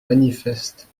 manifeste